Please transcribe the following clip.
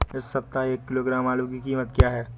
इस सप्ताह एक किलो आलू की कीमत क्या है?